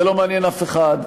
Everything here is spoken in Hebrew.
זה לא מעניין אף אחד.